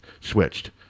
switched